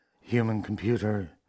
human-computer